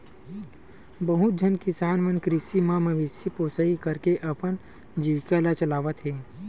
बहुत झन किसान मन कृषि म मवेशी पोसई करके अपन जीविका ल चलावत हे